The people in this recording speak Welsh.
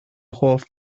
hoff